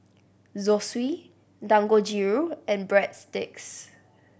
Zosui Dangojiru and Breadsticks